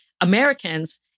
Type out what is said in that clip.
Americans